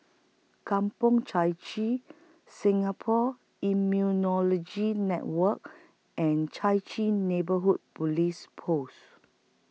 Kampong Chai Chee Singapore Immunology Network and Chai Chee Neighbourhood Police Post